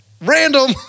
Random